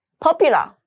Popular